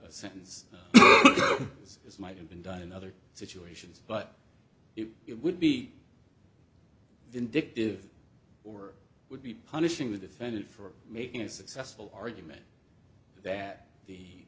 as might have been done in other situations but it would be vindictive or would be punishing the defendant for making a successful argument that the